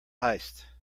heist